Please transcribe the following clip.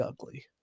ugly